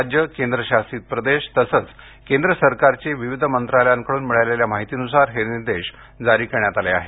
राज्य केंद्र शासित प्रदेश तसंच केंद्र सरकारची विविध मंत्रालयांकडून मिळालेल्या माहितीनुसार हे निर्देश जारी करण्यात आले आहेत